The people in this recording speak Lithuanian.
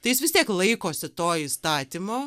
tai jis vis tiek laikosi to įstatymo